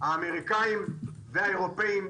האמריקאים והאירופים,